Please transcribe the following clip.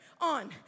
on